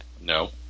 No